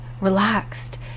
relaxed